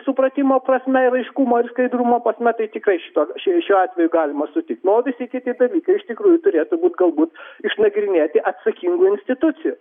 supratimo prasme raiškumo ir skaidrumo prasme tik šituo šiuo atveju galima sutikti na o visi kiti dalykai iš tikrųjų turėtų būti galbūt išnagrinėti atsakingų institucijų